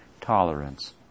tolerance